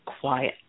quiet